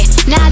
Now